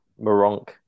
Moronk